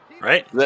Right